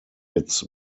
its